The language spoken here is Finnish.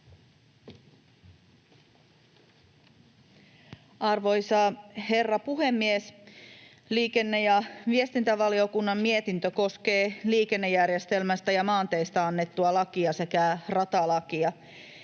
Arvoisa herra puhemies! Liikenne- ja viestintävaliokunnan mietintö koskee liikennejärjestelmästä ja maanteistä annettua lakia sekä ratalakia.